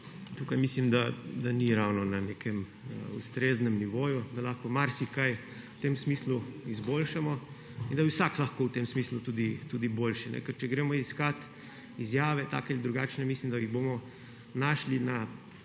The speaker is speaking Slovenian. Tukaj mislim, da ni ravno na nekem ustreznem nivoju, da lahko marsikaj v tem smislu izboljšamo in da bi vsak lahko v tem smislu naredil tudi boljše. Ker če poiščemo izjave, take ali drugačne, mislim, da jih bomo našli na